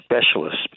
specialists